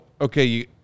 okay